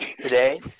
Today